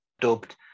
dubbed